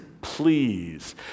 please